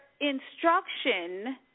instruction